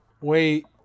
Wait